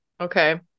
Okay